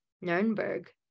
Nuremberg